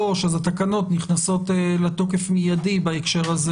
אז התקנות נכנסות לתוקף מיידי בהקשר הזה,